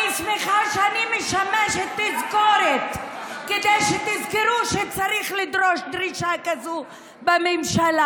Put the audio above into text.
אני שמחה שאני משמשת תזכורת כדי שתזכרו שצריך לדרוש דרישה כזו בממשלה.